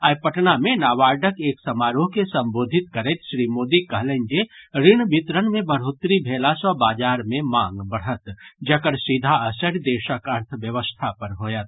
आइ पटना मे नाबार्डक एक समारोह के संबोधित करैत श्री मोदी कहलनि जे ऋण वितरण मे बढ़ोतरी भेला सँ बाजार मे मांग बढ़त जकर सीधा असरि देशक अर्थव्यवस्था पर होयत